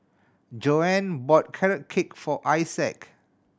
Joann bought Carrot Cake for Isaak